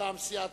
מטעם סיעות